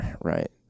Right